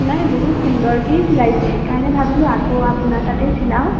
নাই বহুত সুন্দৰকৈয়ে চিলাইছে সেইকাৰণে ভাবিলোঁ আকৌ আপোনাৰ তাতে চিলাওঁ